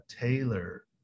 Taylor